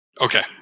Okay